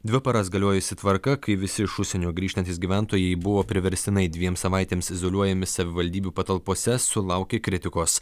dvi paras galiojusi tvarka kai visi iš užsienio grįžtantys gyventojai buvo priverstinai dviem savaitėms izoliuojami savivaldybių patalpose sulaukė kritikos